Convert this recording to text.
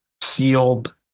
sealed